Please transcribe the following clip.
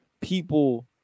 people –